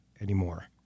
anymore